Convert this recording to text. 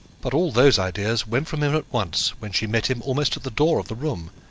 but all those ideas went from him at once when she met him almost at the door of the room,